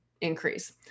increase